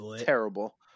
Terrible